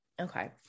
Okay